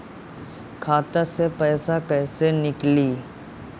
खाता से पैसा कैसे नीकली?